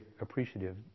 appreciative